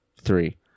three